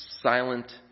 silent